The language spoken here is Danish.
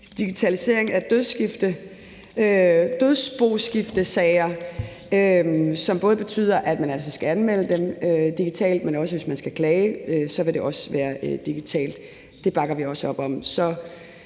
digitalisering af dødsboskiftesager, som både betyder, at man altså skal anmelde dem digitalt, men hvis man skal klage, vil det også være digitalt. Det bakker vi også op om.